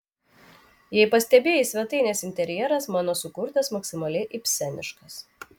jei pastebėjai svetainės interjeras mano sukurtas maksimaliai ibseniškas